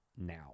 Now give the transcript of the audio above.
now